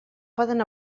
poden